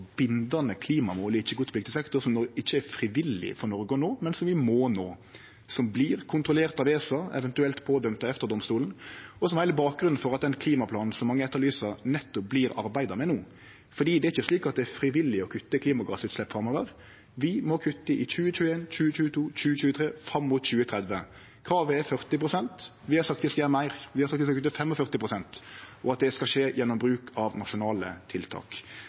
bindande klimamål i ikkje-kvotepliktig sektor som det ikkje er frivillig for Noreg å nå, men som vi må nå, som vert kontrollert av ESA, eventuelt dømd i EFTA-domstolen, og som var heile bakgrunnen for at den klimaplanen som mange etterlyser, vert arbeidd med no. Det er ikkje frivillig å kutte klimautslepp framover. Vi må kutte i 2021, 2022, 2023 og fram mot 2030. Kravet er 40 pst. Vi har sagt at vi skal gjere meir; vi har sagt at vi skal kutte 45 pst., og at det skal skje gjennom bruk av nasjonale tiltak.